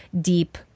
deep